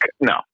no